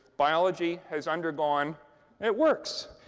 biology has undergone it works!